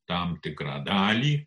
tam tikrą dalį